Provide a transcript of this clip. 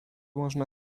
można